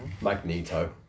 Magneto